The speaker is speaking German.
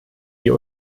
die